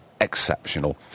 exceptional